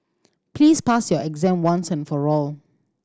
please pass your exam once and for all